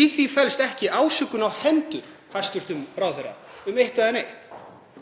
Í því felst ekki ásökun á hendur hæstv. ráðherra um eitt eða neitt,